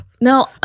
No